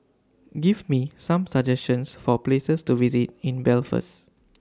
Give Me Some suggestions For Places to visit in Belfast